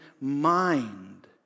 mind